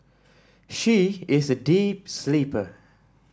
she is a deep sleeper